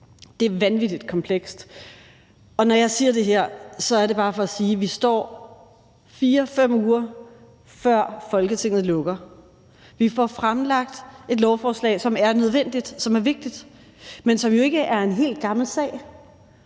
Det er vanvittig komplekst, og når jeg siger det her, er det bare for at sige, at vi står her, 4-5 uger før Folketinget lukker, og vi får fremlagt et lovforslag, som er nødvendigt, som er vigtigt, men som jo ikke er en hel gammel sag.